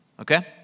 Okay